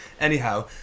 Anyhow